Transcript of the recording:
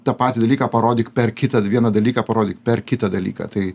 tą patį dalyką parodyk per kitą vieną dalyką parodyk per kitą dalyką tai